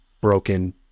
broken